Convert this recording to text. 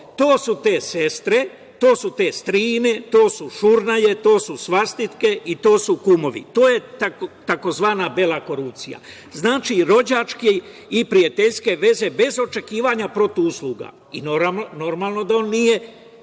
To su te sestre, to su te strine, to su šurnjaje, to su svastike i to su kumovi. To je tzv. bela korupcija. Znači rođačke i prijateljske veze, bez očekivanja protivusluga i normalno da on nije